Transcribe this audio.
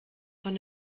von